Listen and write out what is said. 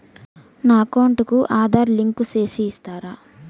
నా అకౌంట్ కు ఆధార్ లింకు సేసి ఇస్తారా?